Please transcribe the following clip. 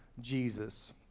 Jesus